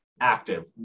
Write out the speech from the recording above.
Active